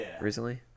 recently